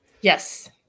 Yes